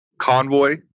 convoy